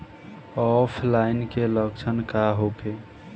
ऑफलाइनके लक्षण का होखे?